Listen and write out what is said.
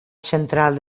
central